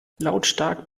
lautstark